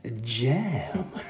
jam